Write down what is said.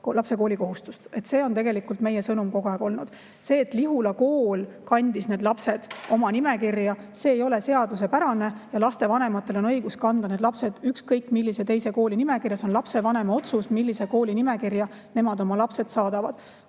lapse koolikohustust. See on tegelikult meie sõnum kogu aeg olnud. See, et Lihula kool kandis need lapsed oma nimekirja, ei ole seaduspärane. Lapsevanematel on õigus kanda need lapsed ükskõik millise teise kooli nimekirja. See on lapsevanema otsus, millise kooli nimekirja ta oma lapse saadab.